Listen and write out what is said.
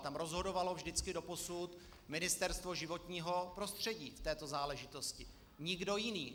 Tam rozhodovalo vždycky doposud Ministerstvo životního prostředí v této záležitosti, nikdo jiný.